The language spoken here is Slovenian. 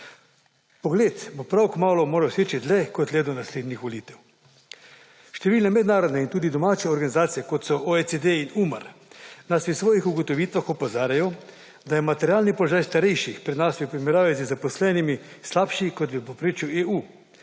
Pogled bo prav kmalu moral seči dlje kot le do naslednjih volitev. Številne mednarodne in tudi domače organizacije kot so OECD in UMAR, nas v svojih ugotovitvah opozarjajo, da je materialni položaj starejših pri nas v primerjavi z zaposlenimi slabši kot v povprečju EU.